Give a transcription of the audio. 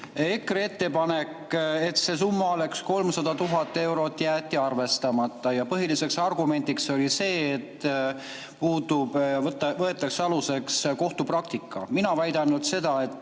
EKRE ettepanek, et see summa oleks 300 000 eurot, jäeti arvestamata ja põhiliseks argumendiks oli see, et võetakse aluseks kohtupraktika. Mina väidan seda, et